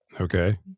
okay